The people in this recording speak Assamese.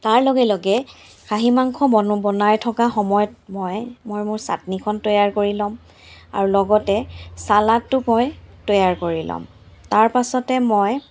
তাৰ লগে লগে খাহী মাংস বনো বনাই থকা সময়ত মই মোৰ চাটনিখন তৈয়াৰ কৰি ল'ম আৰু লগতে ছালাডটো মই তৈয়াৰ কৰি ল'ম তাৰপাছতে মই